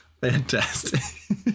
fantastic